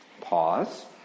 pause